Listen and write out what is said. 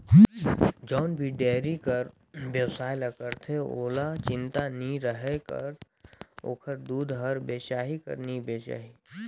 जउन भी डेयरी कर बेवसाय ल करथे ओहला चिंता नी रहें कर ओखर दूद हर बेचाही कर नी बेचाही